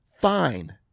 fine